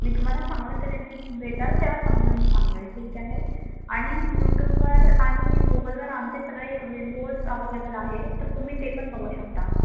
मी तुम्हाला चांगल्या तऱ्हेने भेटाल तेव्हा समजून सांगाल ठीक आहे आणि यूटूबवर आणि गुगलवर आमचे सगळे व्हिडिओज अव्हेलेबल आहे तर तुम्ही ते पण बघू शकता